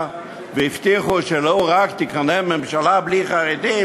והבטיחו שלו רק תיכונן ממשלה בלי חרדים,